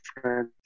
friends